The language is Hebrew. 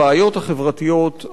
הבעיות החברתיות,